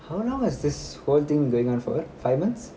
how long has this whole thing going on for five months